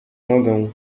nogę